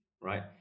right